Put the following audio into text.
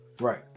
right